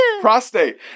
prostate